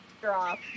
drop